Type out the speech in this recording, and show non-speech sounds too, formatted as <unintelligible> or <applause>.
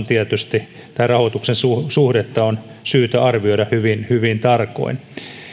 <unintelligible> tietysti tätä rahoituksen suhdetta on syytä arvioida hyvin hyvin tarkoin